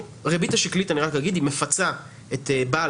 אני רק אומר הריבית השקלית מפצה את בעל